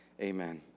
amen